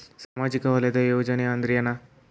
ಸಾಮಾಜಿಕ ವಲಯದ ಯೋಜನೆ ಅಂದ್ರ ಏನ?